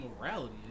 morality